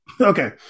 Okay